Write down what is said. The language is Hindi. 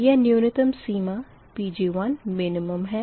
यह न्यूनतम सीमा Pg1min है